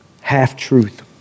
half-truth